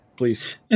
please